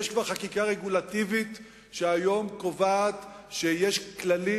כבר יש היום חקיקה רגולטיבית שקובעת שיש כללים